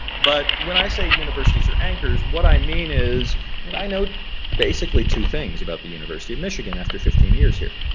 but when i say universities are anchors what i mean is that and i know basically two things about the university of michigan after fifteen years here,